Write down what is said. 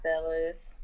fellas